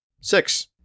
Six